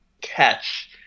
catch